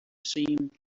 seen